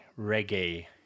reggae